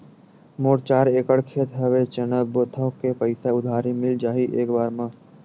मोर चार एकड़ खेत हवे चना बोथव के पईसा उधारी मिल जाही एक बार मा?